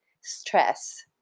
stress